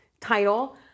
title